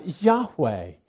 Yahweh